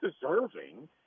deserving